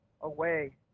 away